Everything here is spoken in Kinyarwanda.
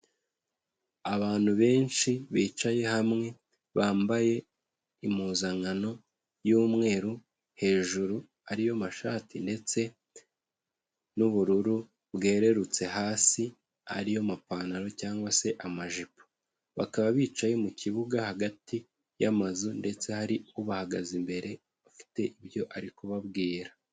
Abantu benshi bicaye hamwe bambaye impuzankano y'umweru hejuru ariyo mashati, ndetse n'ubururu bwererutse hasi ariyo mapantaro cyangwa se amajipo. Bakaba bicaye mu kibuga hagati y'amazu ndetse hari ubahagaze imbere ufite ibyo ari kubabwira.